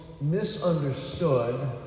misunderstood